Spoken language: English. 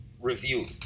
review